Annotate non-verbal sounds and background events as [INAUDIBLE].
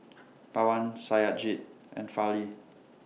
[NOISE] Pawan Satyajit and Fali